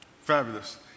Fabulous